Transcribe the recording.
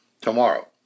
tomorrow